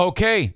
Okay